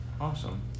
awesome